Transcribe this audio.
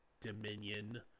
Dominion